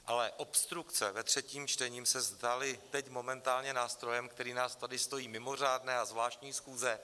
Ale obstrukce ve třetím čtení se staly teď momentálně nástrojem, který nás tady stojí mimořádné a zvláštní schůze.